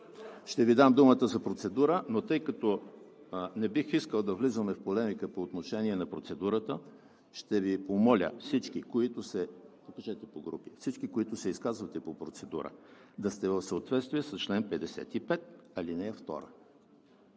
Ще Ви дам думата за процедура, но, тъй като не бих искал да влизаме в полемика по отношение на процедурата, ще помоля всички, които се изказвате по процедура, да сте в съответствие с чл. 55, ал. 2 иначе